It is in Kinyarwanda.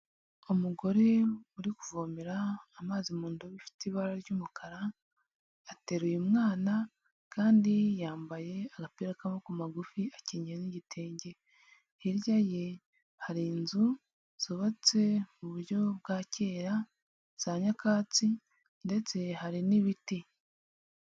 Umugore uri kuvomera amazi mu ndobo ifite ibara ry'umukara, ateruye umwana, kandi yambaye agapira k'amaboko magufi akenyeye n'igitenge. Hirya ye, hari inzu zubatse mu buryo bwa kera, za nyakatsi, ndetse hari n'ibiti.